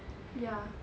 ya